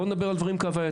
בואו נדבר על דברים כהוויתם.